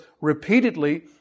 repeatedly